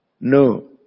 no